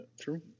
true